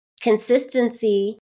consistency